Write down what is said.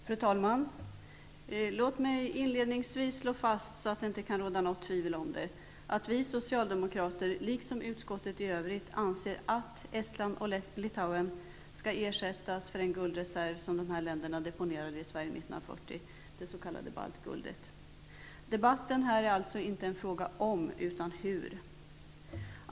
Fru talman! Låt mig inledningsvis slå fast, så att det inte skall råda något tvivel om det, att vi socialdemokrater liksom utskottet i övrigt anser att Estland och Litauen skall ersättas för den guldreserv som dessa länder deponerade i Sverige 1940, det s.k. baltguldet. I debatten är det alltså inte frågan om utan hur.